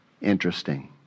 Interesting